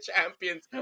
champions